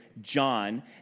John